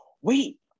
wait